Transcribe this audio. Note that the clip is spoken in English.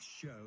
Show